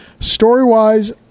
Story-wise